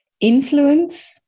influence